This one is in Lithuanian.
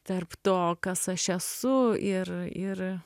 tarp to kas aš esu ir ir